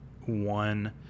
One